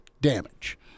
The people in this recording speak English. damage